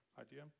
idea